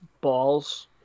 balls